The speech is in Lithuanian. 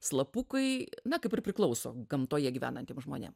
slapukai na kaip ir priklauso gamtoje gyvenantiem žmonėm